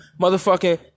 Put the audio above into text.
Motherfucking